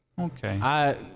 Okay